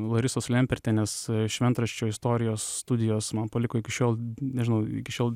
larisos lempertienės šventraščio istorijos studijos man paliko iki šiol nežinau iki šiol